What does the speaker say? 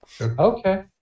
Okay